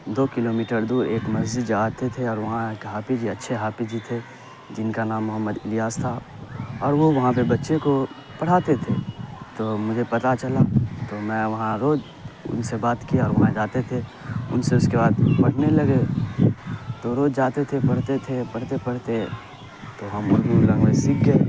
دو kilometre دور ایک مسجد جآتے تھے اور وہاں ایک حافظ جی اچھے حافظ جی تھے جن کا نام محمد الیاس تھا اور وہ وہاں پہ بچے کو پڑھاتے تھے تو مجھے پتا چلا تو میں وہاں روز ان سے بات کیا وہاں جاتے تھے ان سے اس کے بعد پڑھنے لگے تو روز جاتے تھے پڑھتے تھے پڑھتے پڑھتے تو ہم انہی سیکھ گئے